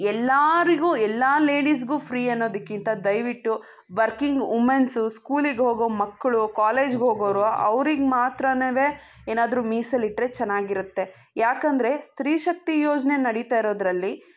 ಎಲ್ಲರಿಗು ಎಲ್ಲ ಲೇಡೀಸ್ಗೂ ಫ್ರೀ ಅನ್ನೋದಕ್ಕಿಂತ ದಯವಿಟ್ಟು ವರ್ಕಿಂಗ್ ವುಮೆನ್ಸು ಸ್ಕೂಲಿಗೆ ಹೋಗೋ ಮಕ್ಕಳು ಕಾಲೇಜ್ಗೆ ಹೋಗೋವ್ರು ಅವ್ರಿಗೆ ಮಾತ್ರನೆ ಏನಾದರೂ ಮೀಸಲಿಟ್ಟರೆ ಚೆನ್ನಾಗಿರುತ್ತೆ ಯಾಕಂದರೆ ಸ್ತ್ರೀ ಶಕ್ತಿ ಯೋಜನೆ ನಡೀತಾ ಇರೋದ್ರಲ್ಲಿ